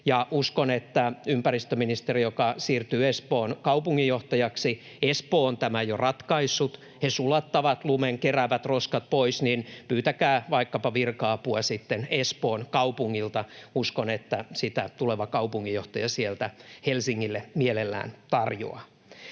uskon, että ympäristöministeri, joka siirtyy Espoon kaupunginjohtajaksi... Espoo on tämä jo ratkaissut. He sulattavat lumen, keräävät roskat pois, niin että pyytäkää vaikkapa virka-apua sitten Espoon kaupungilta. Uskon, että sitä tuleva kaupunginjohtaja sieltä Helsingille mielellään tarjoaa.